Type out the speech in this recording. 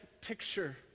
picture